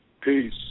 Peace